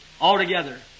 Altogether